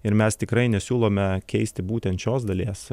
ir mes tikrai nesiūlome keisti būtent šios dalies